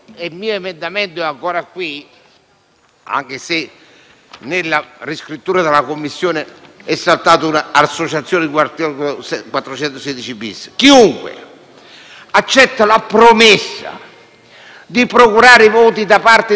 anche se, nella riscrittura della Commissione, è saltato "associazione 416-*bis*". Chiunque accetta la promessa di procurare voti da parte di soggetti che si avvalgono